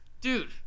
dude